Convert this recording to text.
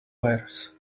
wires